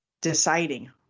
deciding